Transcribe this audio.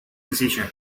decision